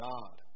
God